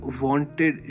wanted